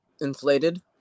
inflated